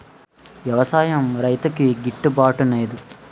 వ్యవసాయం రైతుకి గిట్టు బాటునేదు